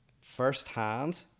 firsthand